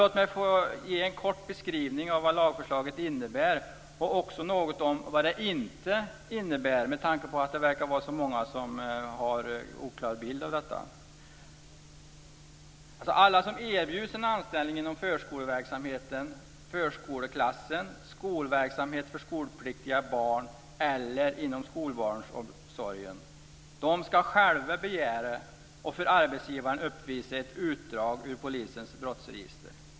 Låt mig få ge en kort beskrivning av vad lagförslaget innebär - och också av vad det inte innebär, med tanke på att så många verkar ha en oklar bild av detta. Alla som erbjuds en anställning inom förskoleverksamhet, förskoleklass, skolverksamhet för skolpliktiga barn eller skolbarnsomsorg ska själva begära och för arbetsgivaren uppvisa ett utdrag ur polisens brottsregister.